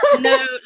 no